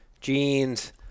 jeans